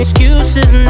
Excuses